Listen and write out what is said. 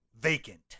vacant